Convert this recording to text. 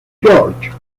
georg